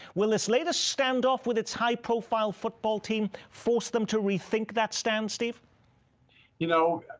will this latest standoff with its high-profile football team force them to rethink that stance, steve you know,